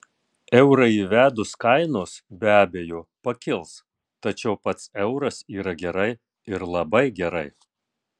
eurą įvedus kainos be abejo pakils tačiau pats euras yra gerai ir labai gerai